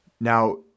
Now